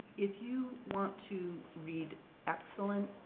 if you want to read excellent,